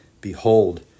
Behold